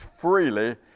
freely